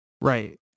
Right